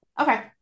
Okay